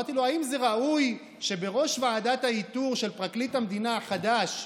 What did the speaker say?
אמרתי לו: האם זה ראוי שבראש ועדת האיתור של פרקליט המדינה החדש,